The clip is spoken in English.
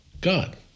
God